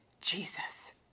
Jesus